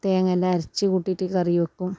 തേങ്ങയെല്ലാം അരച്ച് കൂട്ടിറ്റ് കറി വെക്കും